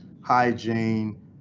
hygiene